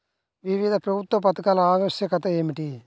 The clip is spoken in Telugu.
వివిధ ప్రభుత్వ పథకాల ఆవశ్యకత ఏమిటీ?